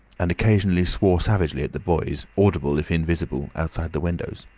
and occasionally swore savagely at the boys, audible if invisible, outside the windows.